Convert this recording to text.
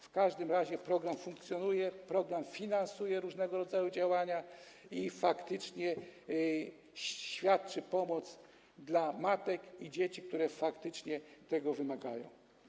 W każdym razie program funkcjonuje, program finansuje różnego rodzaju działania i faktycznie świadczy pomoc dla matek i dzieci, które tego wymagają.